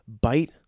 bite